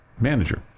manager